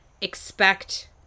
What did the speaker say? expect